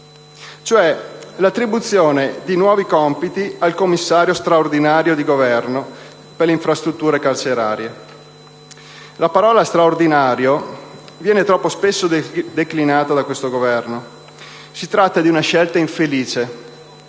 pena: l'attribuzione di nuovi compiti al Commissario straordinario di Governo per le infrastrutture carcerarie. La parola «straordinario» viene troppo spesso declinata da questo Governo. Si tratta di una scelta infelice